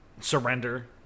surrender